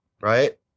right